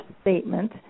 statement